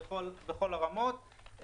בכל הרמות.